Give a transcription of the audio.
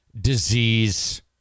disease